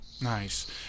Nice